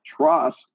trust